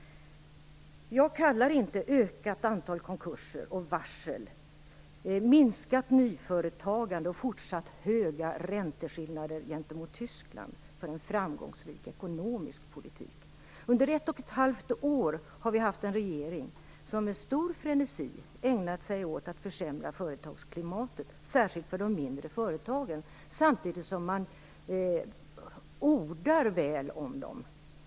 Jag kallar inte ett ökat antal konkurser och varsel, minskat nyföretagande och fortsatt höga ränteskillnader gentemot Tyskland för en framgångsrik ekonomisk politik. Under ett och ett halvt år har vi haft en regering som med stor frenesi ägnat sig åt att försämra företagsklimatet, särskilt för de mindre företagen, samtidigt som man ordar väl om dem.